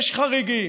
יש חריגים,